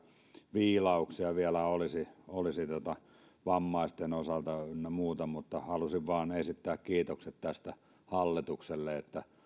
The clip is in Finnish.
viilauksia vielä olisi olisi vammaisten osalta ynnä muuta halusin vain esittää kiitokset tästä hallitukselle että